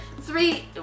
Three